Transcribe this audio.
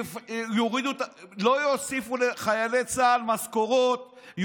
לא יוסיפו לחיילי צה"ל משכורות,